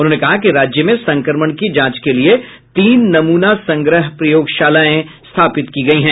उन्होंने कहा कि राज्य में संक्रमण की जांच के लिए तीन नमूना संग्रह प्रयोगशालाएं स्थापित की गई हैं